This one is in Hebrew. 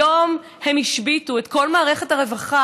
היום הם השביתו את כל מערכת הרווחה.